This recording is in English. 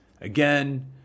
Again